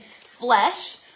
flesh